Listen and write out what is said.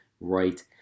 right